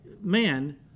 man